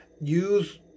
use